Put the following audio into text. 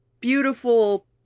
beautiful